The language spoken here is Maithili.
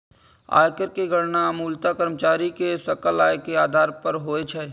आयकर के गणना मूलतः कर्मचारी के सकल आय के आधार पर होइ छै